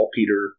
Peter